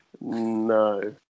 No